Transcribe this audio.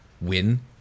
win